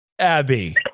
Abby